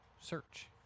search